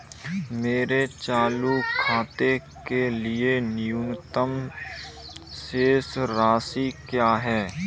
मेरे चालू खाते के लिए न्यूनतम शेष राशि क्या है?